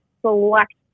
select